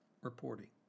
reporting